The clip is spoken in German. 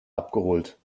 abgeholt